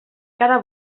cada